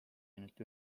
ainult